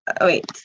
wait